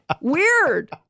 weird